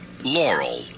Laurel